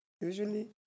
Usually